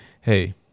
hey